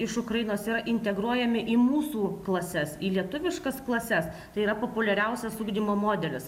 iš ukrainos yra integruojami į mūsų klases į lietuviškas klases tai yra populiariausias ugdymo modelis